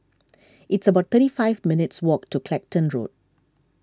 it's about thirty five minutes' walk to Clacton Road